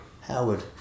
Howard